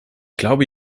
glaube